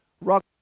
rock